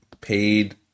paid